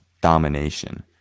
domination